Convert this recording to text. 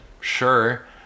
sure